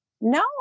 no